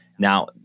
Now